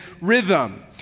rhythm